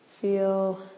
Feel